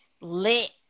lit